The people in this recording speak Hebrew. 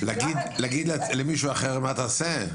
להגיד למישהו אחר מה תעשה,